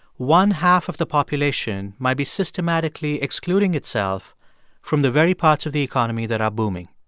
one-half of the population might be systematically excluding itself from the very parts of the economy that are booming.